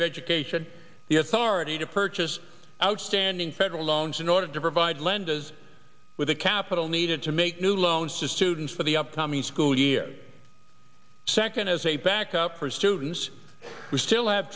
of education the authority to purchase outstanding federal loans in order to provide lenses with the capital needed to make new loans to students for the upcoming school year second as a backup for students who still have